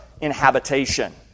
inhabitation